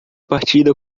partida